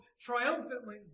triumphantly